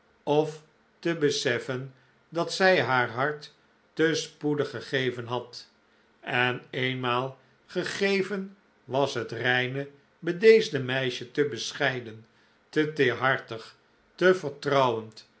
of te beseffen dat zij haar hart te spoedig gegeven had en eenmaal gegeven was het reine bedeesde meisje te bescheiden te teerhartig te vertrouwend